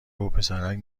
وپسرک